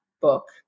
book